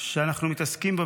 שאנחנו מתעסקים בו,